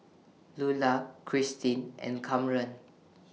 Lulah Cristin and Kamren